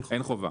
אין חובה.